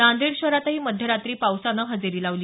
नांदेड शहरातही मध्यरात्री पावसानं हजेरी लावली